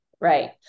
Right